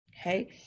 okay